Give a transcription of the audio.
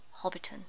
Hobbiton